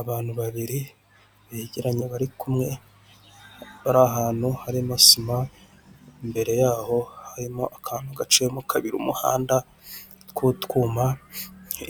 Abantu babiri begeranye bari kumwe bari ahantu harimo sima, imbere yaho harimo akantu gacimo kabiri umuhanda tw'utwuma,